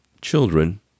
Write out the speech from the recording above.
children